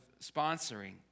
sponsoring